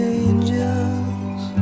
angels